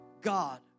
God